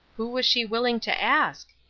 who was she willing to ask?